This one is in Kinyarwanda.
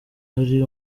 ari